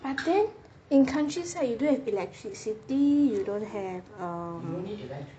back than in countryside you don't have electricity you don't have um